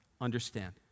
understand